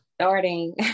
Starting